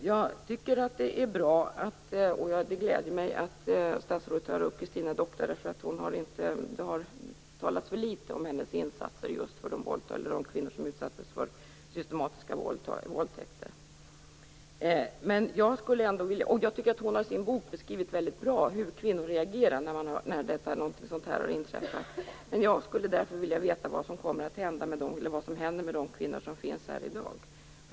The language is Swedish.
Jag tycker att det är bra och glädjande att statsrådet tar upp Christina Doctare. Det har talats för litet om hennes insatser just för de kvinnor som utsattes för systematiska våldtäkter. Jag tycker att hon i sin bok väldigt bra har beskrivit hur kvinnor reagerar när någonting sådant här har inträffat. Men jag skulle vilja veta vad som händer med de kvinnor som finns här i dag.